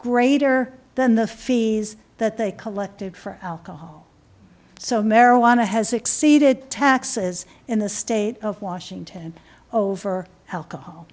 greater than the fees that they collected for alcohol so marijuana has exceeded taxes in the state of washington over alcohol